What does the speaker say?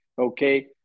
okay